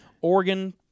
Oregon